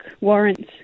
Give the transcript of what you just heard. warrants